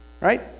Right